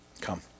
come